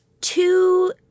two